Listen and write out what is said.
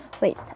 wait